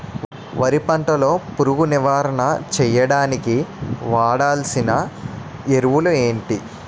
వరి పంట లో పురుగు నివారణ చేయడానికి వాడాల్సిన ఎరువులు ఏంటి?